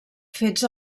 fets